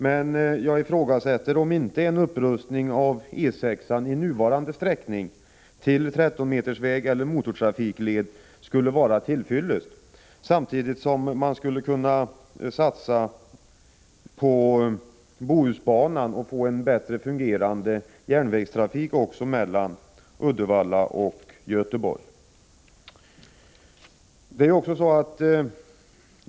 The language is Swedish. Men jag ifrågasätter om inte en upprustning av E 6 i nuvarande sträckning till 13-metersväg eller motortrafikled skulle vara till fyllest — samtidigt som man skulle kunna satsa på Bohusbanan och på en bättre fungerande järnvägstrafik mellan Uddevalla och Göteborg.